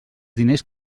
diners